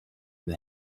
the